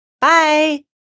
Bye